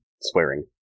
swearing